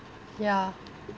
ya